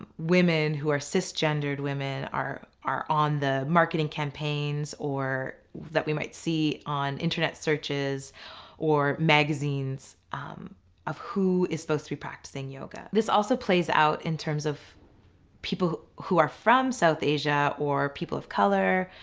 women, who are cis-gendered women, are are on the marketing campaigns or that we might see on internet searches or magazines of who is supposed to be practicing yoga. this also plays out in terms of people who are from south asia or people of colour